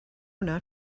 not